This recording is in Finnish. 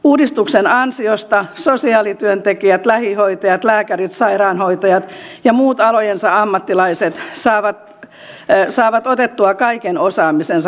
uudistuksen ansiosta sosiaalityöntekijät lähihoitajat lääkärit sairaanhoitajat ja muut alojensa ammattilaiset saavat otettua kaiken osaamisensa käyttöön